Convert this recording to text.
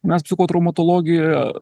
mes psichotraumatologijoj